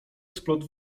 splot